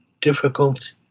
difficult